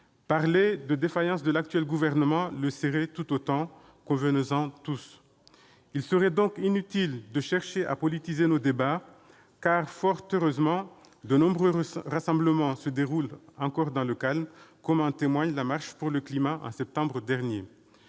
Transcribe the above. Parler de défaillance de l'actuel gouvernement le serait tout autant, convenons-en tous. Il serait donc inutile de chercher à politiser nos débats, d'autant que, fort heureusement, de nombreux rassemblements se déroulent encore dans le calme, comme en témoigne la Marche pour le climat de septembre dernier.